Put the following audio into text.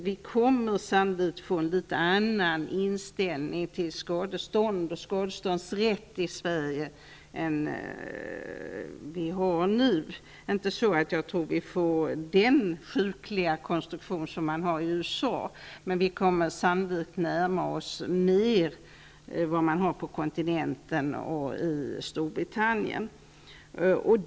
Vi kommer sannolikt att få en litet annan inställning till skadestånd och skadeståndsrätt i Sverige än vi har nu. Inte så att jag tror att vi får den sjukliga konstruktion som man har i USA, men vi kommer sannolikt att närma oss vad man har på kontinenten och i Storbritannien.